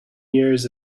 years